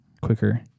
quicker